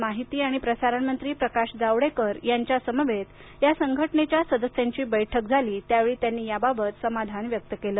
आज माहिती आणि प्रसारण मंत्री प्रकाश जावडेकर यांच्यासमवेत या संघटनेच्या सदस्यांची बैठक झाली त्या वेळी त्यांनी या बाबत समाधान व्यक्त केलं